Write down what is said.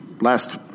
last